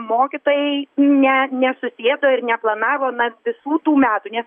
mokytojai ne nesusėdo ir neplanavo na visų tų metų nes